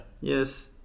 Yes